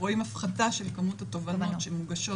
רואים הפחתה של כמות התובענות שמוגשות